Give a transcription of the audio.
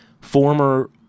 former